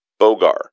Bogar